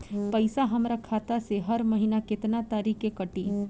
पैसा हमरा खाता से हर महीना केतना तारीक के कटी?